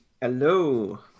Hello